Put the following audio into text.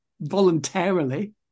voluntarily